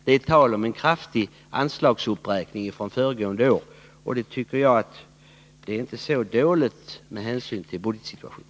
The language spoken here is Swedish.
Det är tal om en kraftig anslagsuppräkning från föregående år, och det tycker jag inte är så dåligt med hänsyn till budgetsituationen.